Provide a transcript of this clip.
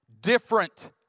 different